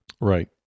Right